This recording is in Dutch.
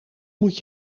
moet